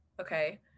Okay